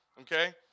Okay